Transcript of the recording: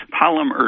polymers